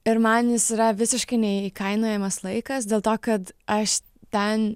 ir man jis yra visiškai neįkainojamas laikas dėl to kad aš ten